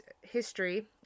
history